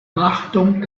achtung